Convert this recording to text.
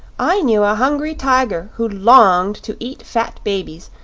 i knew a hungry tiger who longed to eat fat babies,